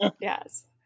Yes